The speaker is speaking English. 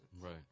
right